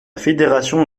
fédération